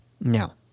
Now